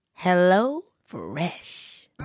HelloFresh